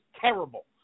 terrible